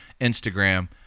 Instagram